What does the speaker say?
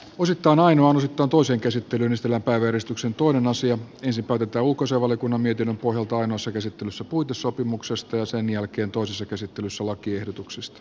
osittain ainoana sitoutuu sen käsittelyn estellä päiveristyksen tuoda asian ensin päätetään ulkoasiainvaliokunnan mietinnön pohjalta ainoassa käsittelyssä puitesopimuksesta ja sitten toisessa käsittelyssä lakiehdotuksesta